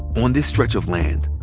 on this stretch of land,